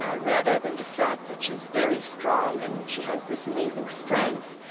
ah rather than the fact that she's very strong and she has this amazing strength,